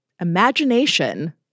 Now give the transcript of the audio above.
imagination